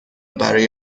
برای